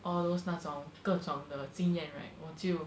all those 那种各种的经验 right 我就